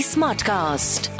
Smartcast